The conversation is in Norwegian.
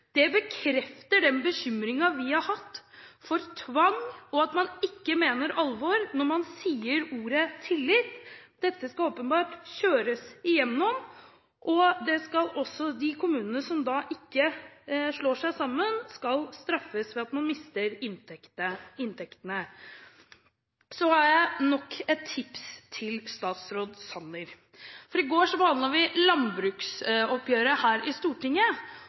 Det bekrefter den bekymringen vi har hatt vedrørende tvang, og at man ikke mener alvor når man bruker ordet «tillit». Dette skal åpenbart kjøres gjennom, og de kommunene som ikke slår seg sammen, de skal straffes ved at de mister inntektene. Så har jeg nok et tips til statsråd Sanner. I går behandlet vi landbruksoppgjøret her i Stortinget,